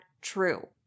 true